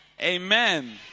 Amen